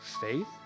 faith